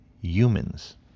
humans